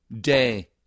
day